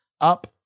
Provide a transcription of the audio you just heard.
Up